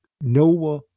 Noah